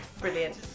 brilliant